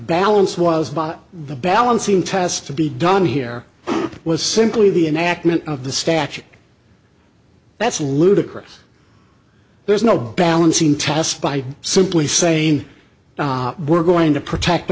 balance was the balancing test to be done here was simply the enactment of the statute that's ludicrous there's no balancing test by simply saying we're going to protect